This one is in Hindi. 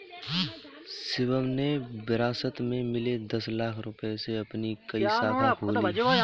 शिवम ने विरासत में मिले दस लाख रूपए से अपनी एक नई शाखा खोली